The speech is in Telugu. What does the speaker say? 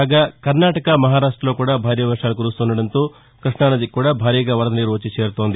కాగా కర్నాటక మహారాష్ట్రలో కూడా భారీ వర్షాలు కురుస్తుండటంతో కృష్ణానదికి కూడా భారీగా వరద నీరు వచ్చి చేరుతోంది